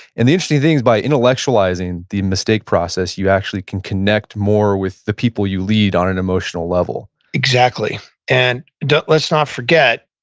and the interesting thing is, by intellectualizing the mistake process, you actually can connect more with the people you lead on an emotional level exactly and let's not forget,